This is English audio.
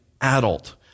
adult